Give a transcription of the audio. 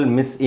Miss